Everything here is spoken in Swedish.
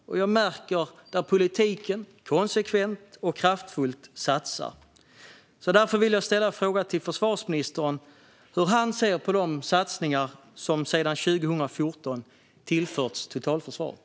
Jag märker att politiken konsekvent och kraftfullt satsar. Därför vill jag ställa en fråga till försvarsministern om hur han ser på de satsningar som sedan 2014 tillförts totalförsvaret.